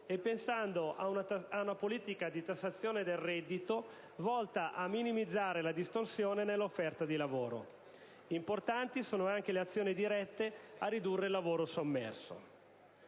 e pensando ad una politica di tassazione del reddito volta a minimizzare la distorsione nell'offerta di lavoro. Importanti sono anche le azioni dirette a ridurre il lavoro sommerso.